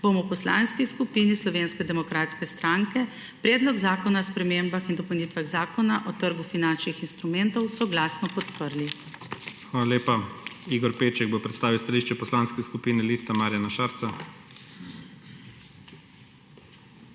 bomo v Poslanski skupini Slovenske demokratske stranke Predlog zakona o spremembah in dopolnitvah Zakona o trgu finančnih instrumentov soglasno podprli. **PREDSEDNIK IGOR ZORČIČ:** Hvala lepa. Igor Peček bo predstavil stališče Poslanske skupine Liste Marjana Šarca.